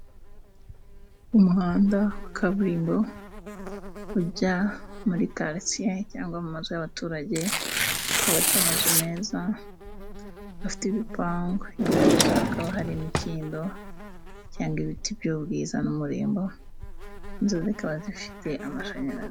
Umuhanda wa kaburimbo ujya muri karitsiye cyangwa mu mazu y'abaturage, hubatse amazu meza, afite ibipangu, nyuma y'amazu hakaba hari imikindo cyangwa ibiti by'ubwiza n'umurimbo, inzu zikaba zifite amashanyarazi.